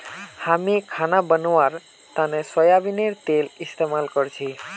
हामी खाना बनव्वार तने सोयाबीनेर तेल इस्तेमाल करछी